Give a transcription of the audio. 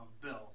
Bill